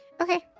Okay